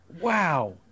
Wow